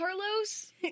Carlos